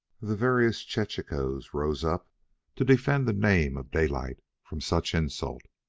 the veriest chechaquos rose up to defend the name of daylight from such insult.